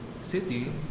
city